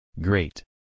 Great